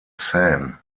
seine